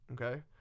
Okay